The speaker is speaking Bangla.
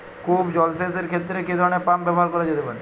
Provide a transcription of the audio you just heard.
কূপ জলসেচ এর ক্ষেত্রে কি ধরনের পাম্প ব্যবহার করা যেতে পারে?